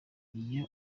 iyo